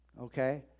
okay